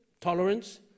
tolerance